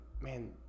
man